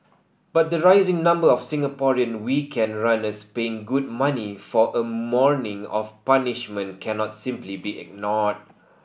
but the rising number of Singaporean weekend runners paying good money for a morning of punishment cannot simply be ignored